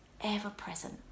ever-present